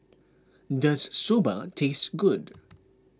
does Soba taste good